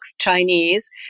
Chinese